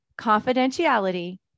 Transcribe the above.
confidentiality